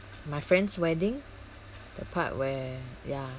my friend's wedding the part where ya